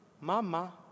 Mama